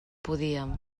podíem